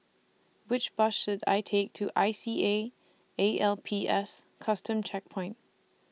Which Bus should I Take to I C A A L P S Custom Checkpoint